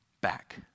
back